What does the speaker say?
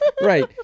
right